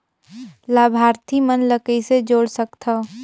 लाभार्थी मन ल कइसे जोड़ सकथव?